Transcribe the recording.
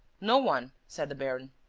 no one, said the baron.